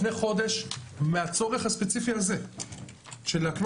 לפני חודש מהצורך הספציפי הזה של להקנות